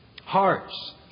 Hearts